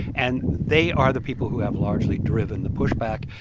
and they are the people who have largely driven the pushback.